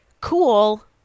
cool